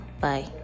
Bye